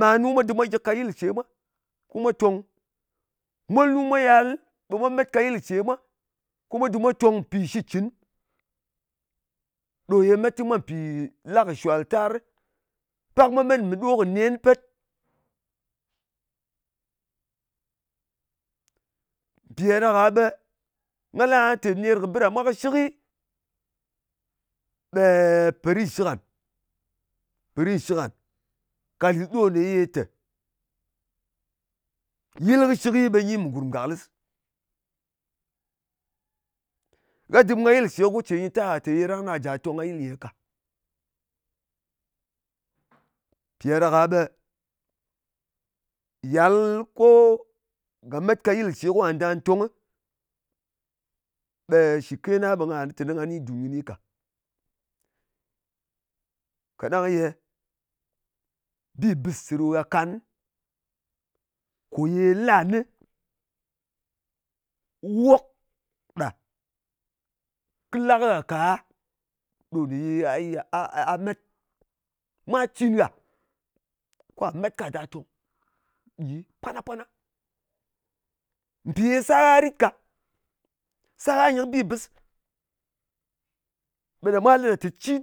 manu mwa dɨm mwa gyɨk ka yɨl ce mwa, ko mwa tòng. Molnu mwa yal ɓe mwa met ka yɨl ce mwa, ko mwa dɨm mwa tong. Mpì shitcɨn ɗo ye met kɨ mwa mpì la kɨ shal tarɨ. Pak mwa met mɨ ɗo kɨ nen pet. Mpì ɗa ɗaka ɓe nga lɨ tè, ner kɨ bɨ ɗa mwa kɨshɨkɨ, ɓe pò ritshlik ngan. Po rit shɨk ngan ka lis ɗo ye tè, yɨl kɨshɨk ɓe nyi mɨ gùrm gàklɨs. Gha dɨm ka yɨl ce ko go ce nyɨ ta gha tè ye tè, rang ɗa jà tong ka yɨl nyi-e ka. Mpi ɗa ɗaka ɓe yal ko nga met ka yɨl ce kwa nga nda tongɨ ɓe shɨ ke na ɓe nga lɨ teni nga ni dùn kɨni ka. Kaɗang ye bi bɨs ce ɗo gha kan, kò ye la nɨ wok ɗa kɨ la kɨ gha, ɗo ne ye a a met. Mwa cin gha, kwa met ka da tong gyi pwana-pwana. Mpì ye sa gha rit ka. Sa gha nyɨ kɨ bi bɨs. Ɓe ɗa mwa lɨ gha tè ci